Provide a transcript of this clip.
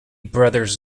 brothers